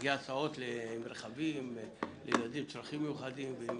נהגי הסעות לילדים עם צרכים מיוחדים.